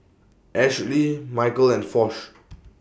Ashly Micheal and Foch